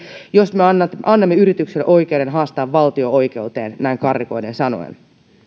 jos me annamme annamme yrityksille oikeuden haastaa valtio oikeuteen näin karrikoiden sanoen esimerkiksi